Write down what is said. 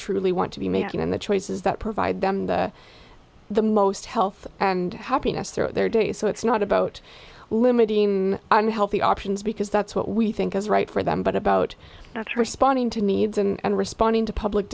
truly want to be making in the choices that provide them the the most health and happiness throughout their day so it's not about limiting unhealthy options because that's what we think is right for them but about that's responding to needs and responding to public